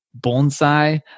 bonsai